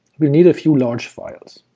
we need a few large files.